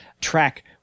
track